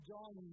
John